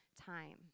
time